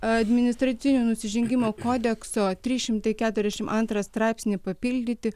administracinių nusižengimų kodekso trys šimtai keturiasdešimt antrą straipsnį papildyti